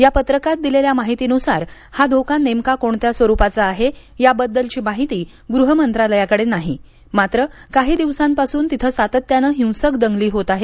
या पत्रकात दिलेल्या माहितीनुसार हा धोका नेमका कोणत्या स्वरूपाचा आहे याबद्दलची माहिती गृहमंत्रालयाकडे नाही मात्र काही दिवसांपासून तिथं सातत्याने हिंसक दंगली होत आहेत